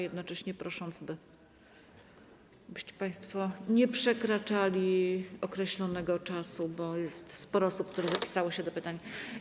Jednocześnie proszę, byście państwo nie przekraczali określonego czasu, bo jest sporo osób, które zapisały się do pytań.